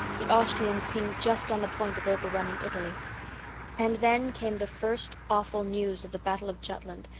the austrians seemed just on the point of overrunning italy and then came the first awful news of the battle of jutland,